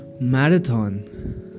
marathon